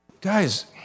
Guys